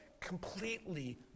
completely